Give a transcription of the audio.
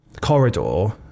corridor